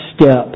step